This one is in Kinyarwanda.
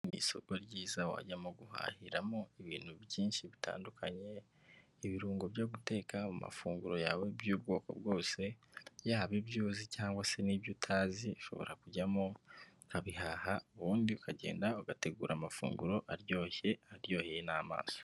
Ni isoko ryiza wajyamo guhahiramo ibintu byinshi bitandukanye ibirungo byo guteka mafunguro yawe by'ubwoko bwose, yaba ibyo uyuzi cyangwa se n'ibyo utazi ushobora kujyamo ukabihaha, ubundi ukagenda ugategura amafunguro aryoshye aryoheye n'amaso.